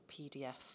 pdf